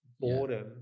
boredom